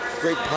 great